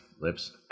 lips